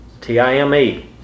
T-I-M-E